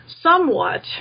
somewhat